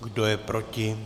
Kdo je proti?